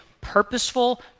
purposeful